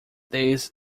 this